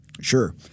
Sure